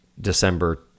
December